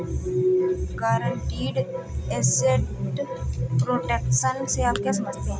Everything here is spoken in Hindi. गारंटीड एसेट प्रोटेक्शन से आप क्या समझते हैं?